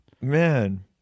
Man